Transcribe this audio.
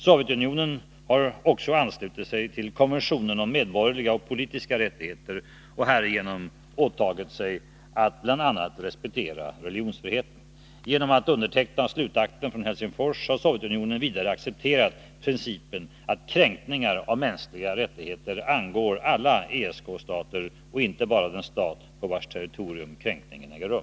Sovjetunionen har också anslutit sig till konventionen om medborgerliga och politiska rättigheter och härigenom åtagit sig att bl.a. respektera religionsfriheten. Genom att underteckna slutakten från Helsingfors har Sovjetunionen vidare accepterat principen att kränkningar av mänskliga rättigheter angår alla ESK-stater och inte bara den stat på vars territorium kränkningarna äger rum.